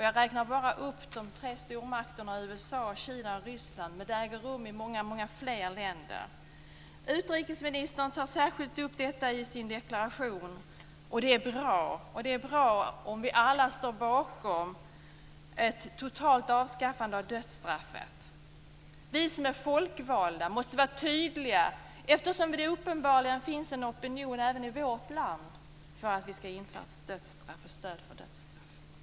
Jag räknar bara upp de tre stormakterna USA, Kina och Ryssland, men det äger rum i många, många fler länder. Utrikesministern tar särskilt upp detta i sin deklaration, och det är bra. Det är bra om vi alla står bakom ett totalt avskaffande av dödsstraffet. Vi som är folkvalda måste vara tydliga, eftersom det uppenbarligen finns en opinion även i vårt land för att vi skall införa dödsstraff eller ger stöd för dödsstraff.